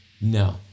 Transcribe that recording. No